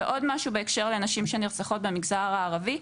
ועוד משהו בהקשר לנשים שנרצחות במגזר הערבי.